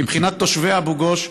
מבחינת תושבי אבו גוש,